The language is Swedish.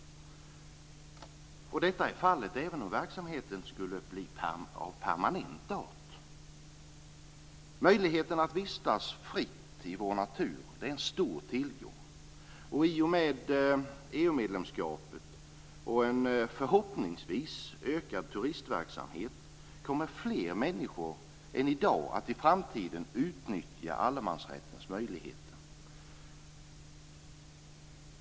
Detta är fallet även om verksamheten skulle bli av permanent art. Möjligheten att vistas fritt i vår natur är en stor tillgång. I och med EU-medlemskapet och en förhoppningsvis ökad turistverksamhet kommer fler människor än i dag att i framtiden utnyttja allemansrättens möjligheter.